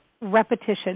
repetition